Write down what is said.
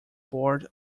board